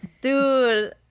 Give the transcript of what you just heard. Dude